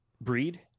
breed